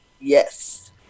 Yes